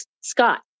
Scott